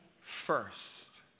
first